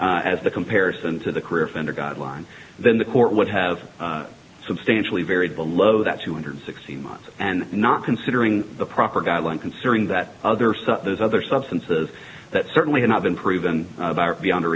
as the comparison to the career fender guideline then the court would have substantially varied below that two hundred sixty months and not considering the proper guideline considering that other stuff there's other substances that certainly have not been proven beyond a